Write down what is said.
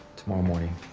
tomorrow morning.